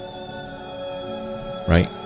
Right